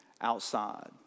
outside